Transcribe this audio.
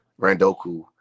Randoku